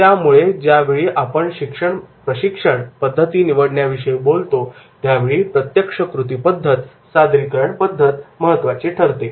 त्यामुळे ज्यावेळी आपण प्रशिक्षणपद्धती निवडण्याविषयी बोलतो त्यावेळी प्रत्यक्ष कृती पद्धत सादरीकरण पद्धत महत्वाची ठरते